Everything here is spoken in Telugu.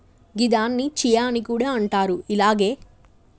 గిదాన్ని చియా అని కూడా అంటారు అలాగే ఇదొక పూదీన కుటుంబానికి సేందిన పూసే మొక్క